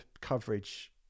coverage